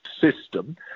system